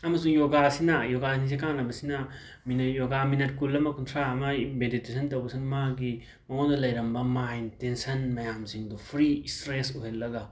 ꯑꯃꯁꯨꯡ ꯌꯣꯒꯥꯁꯤꯅ ꯌꯣꯒꯥꯁꯤꯡꯁꯦ ꯀꯥꯟꯅꯕꯁꯤꯅ ꯃꯤꯅꯠ ꯌꯣꯒꯥ ꯃꯤꯅꯠ ꯀꯨꯜ ꯑꯃ ꯀꯨꯟꯊ꯭ꯔꯥ ꯑꯃꯒꯤ ꯃꯦꯗꯤꯇꯦꯁꯟ ꯇꯧꯕꯁꯤꯅ ꯃꯥꯒꯤ ꯃꯉꯣꯟꯗ ꯂꯩꯔꯝꯕ ꯃꯥꯏꯟ ꯇꯦꯟꯁꯟ ꯃꯌꯥꯝꯖꯤꯡꯗꯣ ꯐ꯭ꯔꯤ ꯁ꯭ꯇ꯭ꯔꯦꯁ ꯑꯣꯏꯍꯜꯂꯒ